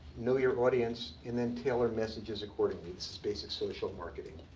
know your audience, and then tailor messages accordingly. this is basic social marketing.